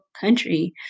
country